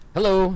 Hello